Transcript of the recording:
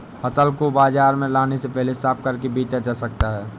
फसल को बाजार में लाने से पहले साफ करके बेचा जा सकता है?